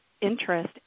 interest